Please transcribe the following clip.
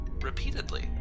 repeatedly